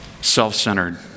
self-centered